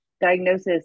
diagnosis